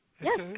Yes